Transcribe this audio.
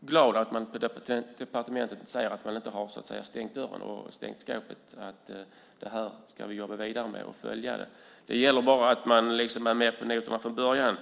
glad att man på departementet säger att man inte har stängt dörren och skåpet, att man ska jobba vidare med det och följa det. Det gäller bara att man liksom är med på noterna från början.